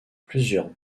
plusieurs